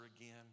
again